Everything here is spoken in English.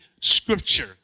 scripture